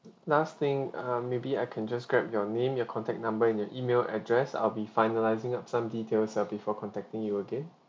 last thing err maybe I can just grab your name your contact number and your email address I'll be finalising up some details uh before contacting you again